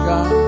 God